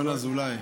ינון אזולאי.